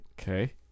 Okay